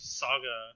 saga